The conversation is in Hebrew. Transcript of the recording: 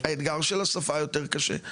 אתגר השפה הרבה יותר קשה.